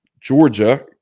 Georgia